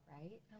right